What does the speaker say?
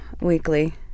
weekly